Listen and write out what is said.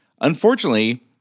Unfortunately